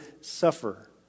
suffer